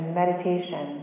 meditation